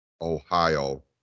ohio